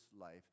life